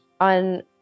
on